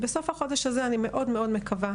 ובסוף החודש הזה אני מאוד מאוד מקווה,